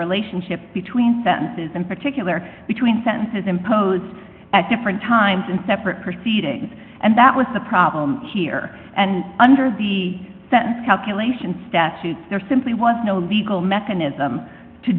relationship between sentences and particular between sentences imposed at different times in separate proceedings and that was the problem here and under the sentence calculation statutes there simply was no legal mechanism to